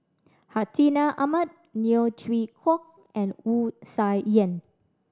Hartinah Ahmad Neo Chwee Kok and Wu Tsai Yen